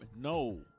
No